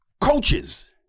Coaches